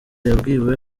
yabwiwe